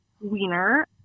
wiener